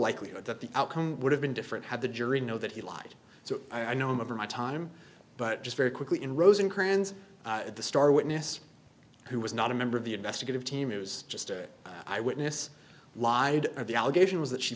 likelihood that the outcome would have been different had the jury know that he lied so i know i'm over my time but just very quickly in rosencrantz the star witness who was not a member of the investigative team it was just a eyewitness lied of the allegation was that she